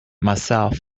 myself